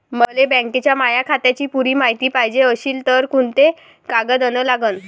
मले बँकेच्या माया खात्याची पुरी मायती पायजे अशील तर कुंते कागद अन लागन?